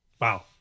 Wow